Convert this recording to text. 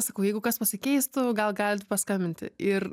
sakau jeigu kas pasikeistų gal galit paskambinti ir